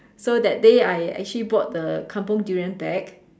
so that day I actually bought the kampung durian back